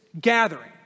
gathering